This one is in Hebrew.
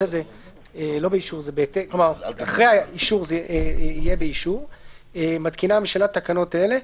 מתקינה הממשלה תקנות אלה: